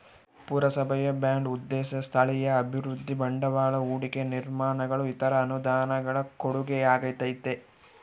ಪುರಸಭೆಯ ಬಾಂಡ್ ಉದ್ದೇಶ ಸ್ಥಳೀಯ ಅಭಿವೃದ್ಧಿ ಬಂಡವಾಳ ಹೂಡಿಕೆ ನಿರ್ಮಾಣಗಳು ಇತರ ಅನುದಾನಗಳ ಕೊಡುಗೆಯಾಗೈತೆ